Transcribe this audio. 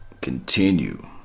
continue